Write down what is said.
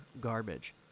garbage